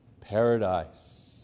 paradise